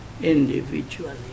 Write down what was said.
individually